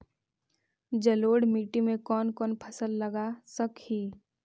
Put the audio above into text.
जलोढ़ मिट्टी में कौन कौन फसल लगा सक हिय?